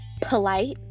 polite